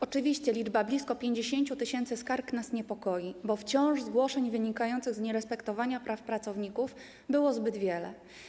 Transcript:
Oczywiście liczba blisko 50 tys. skarg nas niepokoi, bo wciąż zgłoszeń, jeśli chodzi o nierespektowanie praw pracowników, było zbyt wiele.